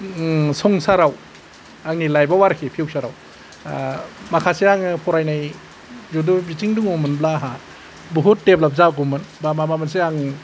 संसाराव आंनि लाइफाव आरोखि फिउसाराव संसाराव माखासे आङो फरायनाय जुदि बिथिं दंमोनब्ला आहा बुहुथ देब्लाब जागौमोन बा माबा मोनसे जागौमोन